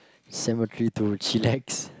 cemetery to chillax